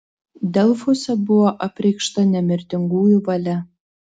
delfuose buvo apreikšta nemirtingųjų valia